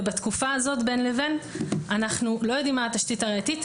בתקופה הזאת בין לבין אנחנו לא יודעים מה התשתית הראייתית.